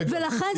לכן,